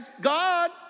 God